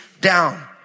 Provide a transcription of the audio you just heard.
down